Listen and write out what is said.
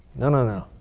no, no, no.